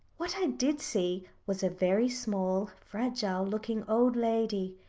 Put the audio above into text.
what i did see was a very small, fragile-looking old lady,